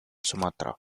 sumatra